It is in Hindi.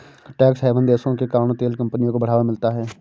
टैक्स हैवन देशों के कारण तेल कंपनियों को बढ़ावा मिलता है